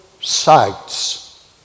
sights